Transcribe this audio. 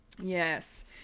Yes